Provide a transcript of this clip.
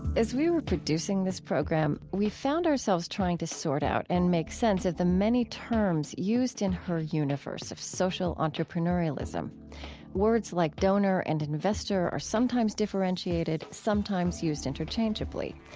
as we were producing this program, we found ourselves trying to sort out and make sense of the many terms used in her universe of social entrepreneurialism. words like donor and investor are sometimes differentiated, sometimes used interchangeably,